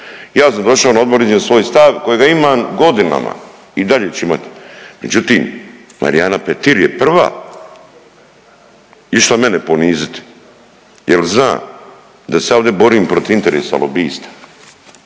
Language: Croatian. ja sam došao na odbor i iznio svoj stav kojega imam godinama i dalje ću imat, međutim Marijana Petir je prva išla mene poniziti jel zna da se ja ovdje borim protiv interesa lobista.